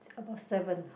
it's about seven